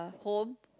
home